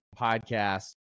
podcast